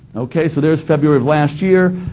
okay, so there's february of last year.